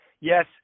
yes